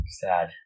Sad